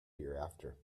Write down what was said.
hereafter